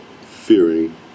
fearing